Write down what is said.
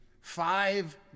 five